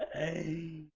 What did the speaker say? a